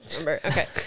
okay